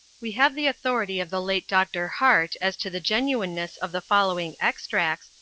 we have the authority of the late dr. hart as to the genuineness of the following extracts,